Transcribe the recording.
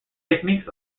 techniques